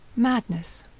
madness,